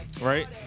right